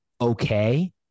okay